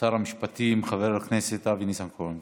שר המשפטים חבר הכנסת אבי ניסנקורן.